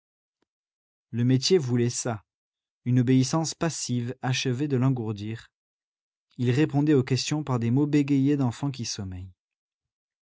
le métier voulait ça une obéissance passive achevait de l'engourdir il répondait aux questions par des mots bégayés d'enfant qui sommeille